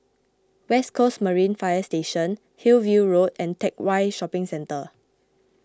West Coast Marine Fire Station Hillview Road and Teck Whye Shopping Centre